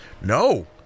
No